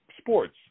sports